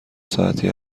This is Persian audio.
ساعتی